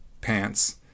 pants